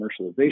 commercialization